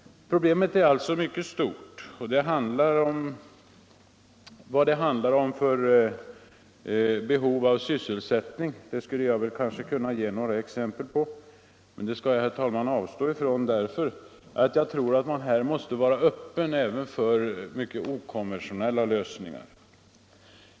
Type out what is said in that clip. Problemet är således mycket stort. Vilka behov av sysselsättning det handlar om skulle jag kanske kunna ge några exempel på, men det skall jag, herr talman, avstå från därför att jag tror att man här måste vara öppen för även mycket okonventionella lösningar.